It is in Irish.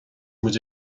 muid